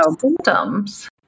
symptoms